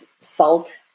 salt